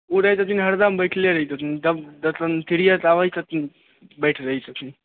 ओ रहै छथिन हरदम बैठले रहै छथिन फिरिए तऽ आबै छथिन बैठ रहै छथिन